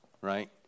right